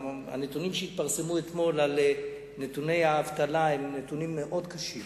הנתונים שהתפרסמו אתמול על נתוני האבטלה הם נתונים מאוד קשים,